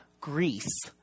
Greece